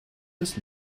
des